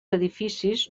edificis